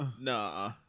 Nah